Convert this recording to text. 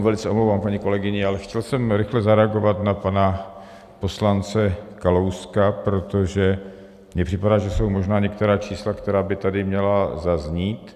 Velice se omlouvám paní kolegyni, ale chtěl jsem rychle zareagovat na pana poslance Kalouska, protože mi připadá, že jsou možná některá čísla, která by tady měla zaznít.